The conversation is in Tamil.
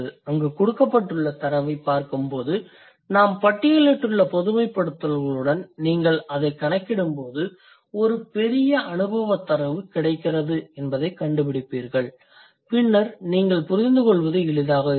அங்கு கொடுக்கப்பட்டுள்ள தரவைப் பார்க்கும்போது நாம் பட்டியலிட்டுள்ள பொதுமைப்படுத்துதல்களுடன் நீங்கள் அதைக் கணக்கிடும்போது ஒரு பெரிய அனுபவத் தரவு கிடைக்கிறது என்பதை கண்டுபிடிப்பீர்கள் பின்னர் நீங்கள் புரிந்துகொள்வது எளிதாக இருக்கும்